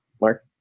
Mark